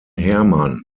herrmann